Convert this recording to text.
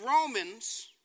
Romans